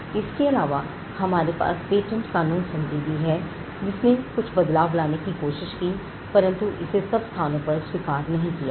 इसके अलावा हमारे पास पेटेंट कानून संधि भी है जिसने कुछ बदलाव लाने की कोशिश की परंतु इसे सब स्थानों पर स्वीकार नहीं किया गया